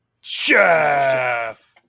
Chef